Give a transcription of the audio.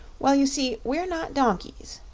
well, you see we're not donkeys,